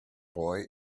boy